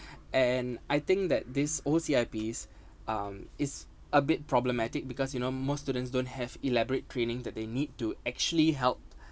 and I think that this O_C_I_P s~ um is a bit problematic because you know most students don't have elaborate training that they need to actually help